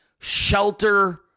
shelter